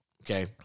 Okay